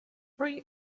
free